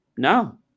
No